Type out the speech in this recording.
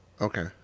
Okay